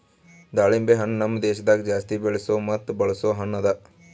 ದಾಳಿಂಬೆ ಹಣ್ಣ ನಮ್ ದೇಶದಾಗ್ ಜಾಸ್ತಿ ಬೆಳೆಸೋ ಮತ್ತ ಬಳಸೋ ಹಣ್ಣ ಅದಾ